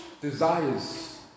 desires